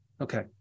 Okay